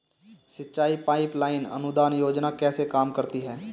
सिंचाई pipeline अनुदान योजना कैसे काम करती है?